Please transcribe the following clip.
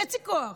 חצי כוח,